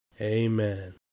Amen